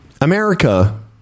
America